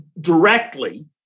directly